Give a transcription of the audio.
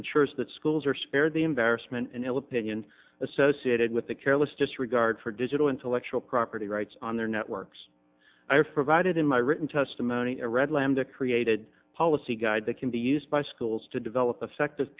ensures that schools are spared the embarrassment and ill opinion associated with the careless disregard for digital intellectual property rights on their networks i have provided in my written testimony to read lambda created policy guide that can be used by schools to develop effective